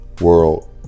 World